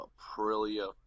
Aprilia